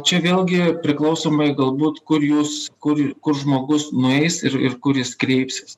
čia vėlgi priklausomai galbūt kur jūs kur kur žmogus nueis ir ir kur jis kreipsis